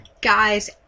guys